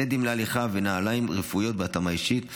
סדים להליכה ונעליים רפואיות בהתאמה אישית.